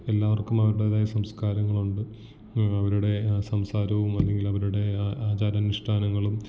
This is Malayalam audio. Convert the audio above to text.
എല്ലാവര്ക്കും അവരുടേതായ സംസ്കരങ്ങളുണ്ട് അവരുടെ സംസാരവും അല്ലെങ്കിലവരുടെ ആ അചാരാനുഷ്ഠാനങ്ങളും